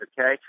okay